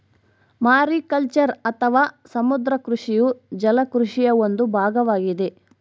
mariculture ಅಥವಾ ಸಮುದ್ರ ಕೃಷಿಯು ಜಲ ಕೃಷಿಯ ಒಂದು ಭಾಗವಾಗಿದೆ